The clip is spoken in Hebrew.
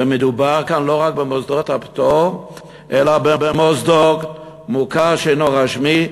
ומדובר כאן לא רק במוסדות הפטור אלא במוסדות מוכר שאינו רשמי,